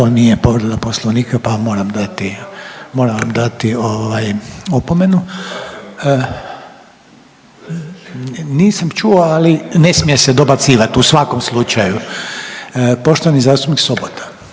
ovaj opomenu. …/Upadica sa strane, ne čuje se./… Nisam čuo, ali ne smije se dobacivati u svakom slučaju. Poštovani zastupnik Sobota.